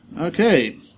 Okay